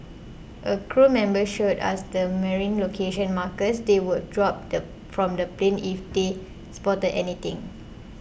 a crew member showed us the marine location markers they would drop the from the plane if they spotted anything